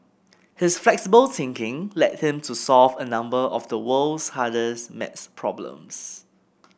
his flexible thinking led him to solve a number of the world's hardest maths problems